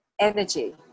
energy